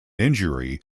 injury